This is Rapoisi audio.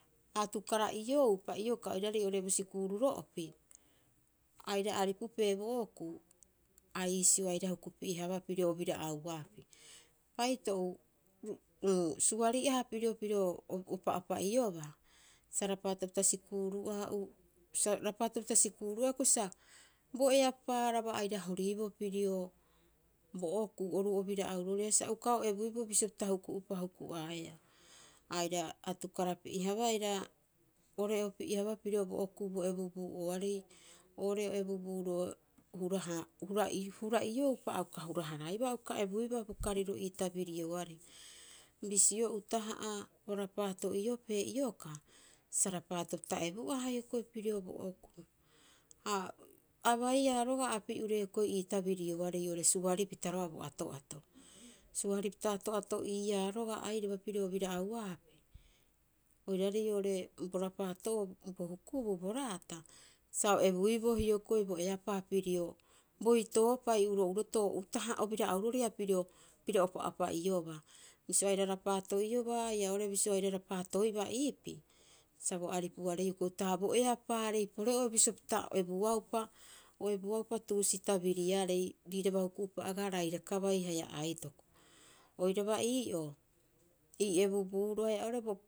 A atukara'ioupa iokaa oiraarei oo'ore bo sikuururo'opi a aira aripupee bo okuu a iisio aira hukupi'e- haaba pirio obira'auaapi. Paito'u uu, suari'aha pirio piro opa'opa'iobaa sa rapaato pita sikuuru'aha uu, sa rapaapita sikuuru'aha hioko'i sa bo eapaaraba aira horiboo pirio bo okuu oru obira'auroria sa uka o ebuiboo bisio pita huku'opa huku'aea Aira atukarapi'e- haabaa aira ore'oopi'e- haabaa pirio bo okuu bo ebubuu'ooarei oo'ore o ebubuuro huraha huraiu hura'ioupa a uka huraibaa a uka ebuibaa bo kariro ii tabirioarei. Bisio uta'aha orapaato'iopee iokaa, sa rapaatopita ebu'aha hioko'i pirio bo okuu. Aa a baia roga'a api'ure hioko'i ii tabirioarei oo'ore suripita roga'a bo ato'ato. Suaripita ato'ato iia roga'a airaba pirio o bira'auapi oiraarei oo'ore bo rapaato'oo bo hukubuu bo raata sa o ebuiboo hioko'i bo eapaa pirio boitoopai uro'urotoo utaha'a o bira'auroria pirio piro o opaopa'iobaa. Bisio aira rapaa'iobaa haia oo'ore bisio aira rapaatoiba iipii, sa bo aripuarei hioko'i utaha bo eapaarei pore'oe bisio pita o ebuaupa, o ebuaupa tuusi tabiriare riiraba huku'upa agaa rairaka bai haia aitoko. Oiraba ii'oo ii ebubuuro, haia oo'ore.